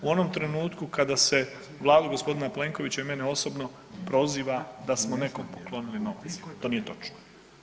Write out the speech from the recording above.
U onom trenutku kada se Vladu gospodina Plenkovića i mene osobno proziva da smo nekom poklonili novce, to nije točno.